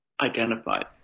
identified